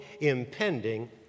impending